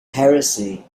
heresy